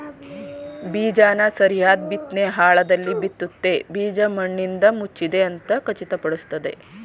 ಬೀಜನ ಸರಿಯಾದ್ ಬಿತ್ನೆ ಆಳದಲ್ಲಿ ಬಿತ್ತುತ್ತೆ ಬೀಜ ಮಣ್ಣಿಂದಮುಚ್ಚಿದೆ ಅಂತ ಖಚಿತಪಡಿಸ್ತದೆ